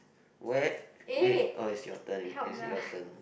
where wait orh it's your turn it is your turn